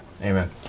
amen